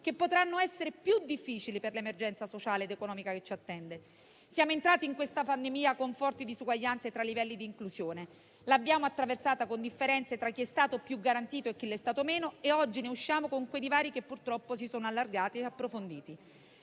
che potranno essere più difficili per l'emergenza sociale ed economica che ci attende. Siamo entrati in questa pandemia con forti disuguaglianze tra livelli di inclusione, l'abbiamo attraversata con differenze tra chi è stato più garantito e chi meno e oggi ne usciamo con quei divari che purtroppo si sono allargati e approfonditi.